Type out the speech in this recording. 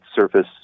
surface